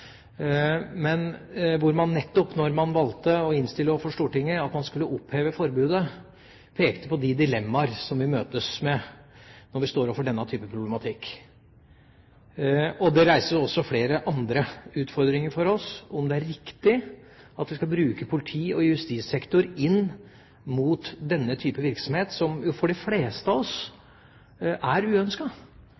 hvor man, når man valgte å innstille overfor Stortinget at man skulle oppheve forbudet, pekte på de dilemmaer som vi møtes med når vi står overfor denne type problematikk. Det reiser også flere andre utfordringer for oss, om det er riktig at vi skal bruke politi- og justissektoren inn mot denne type virksomhet, som for de fleste av oss